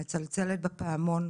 אני מצלצלת בפעמון,